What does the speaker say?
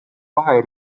kahe